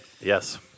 Yes